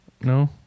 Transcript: No